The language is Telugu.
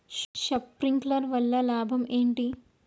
శప్రింక్లర్ వల్ల లాభం ఏంటి?